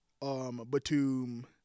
Batum